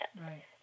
Right